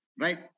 right